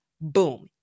Boom